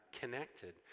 connected